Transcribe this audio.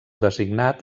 designat